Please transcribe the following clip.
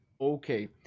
Okay